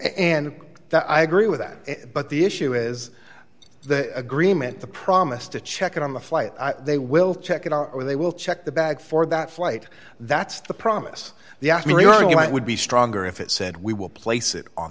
and i agree with that but the issue is the agreement the promise to check in on the flight they will check it out or they will check the bag for that flight that's the promise the acme argument would be stronger if it said we will place it on